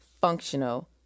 functional